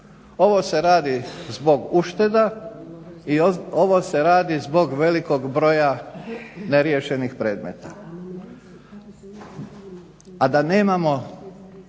ovo se radi zbog ušteda i ovo se radi zbog velikog broja neriješenih predmeta,